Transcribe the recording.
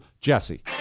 JESSE